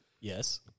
yes